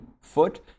foot